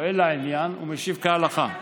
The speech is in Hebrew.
שואל לעניין ומשיב כהלכה.